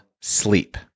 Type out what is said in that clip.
sleep